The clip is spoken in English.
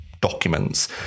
documents